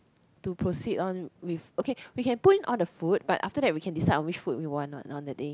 to proceed on with okay we can put in all the food but after that we can decide on which food we want what on the day